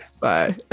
bye